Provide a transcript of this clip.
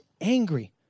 angry